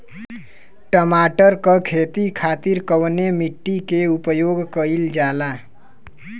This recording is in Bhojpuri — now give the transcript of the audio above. टमाटर क खेती खातिर कवने मिट्टी के उपयोग कइलजाला?